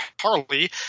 Harley